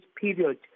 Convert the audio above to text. period